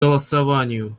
голосованию